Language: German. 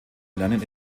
erlernen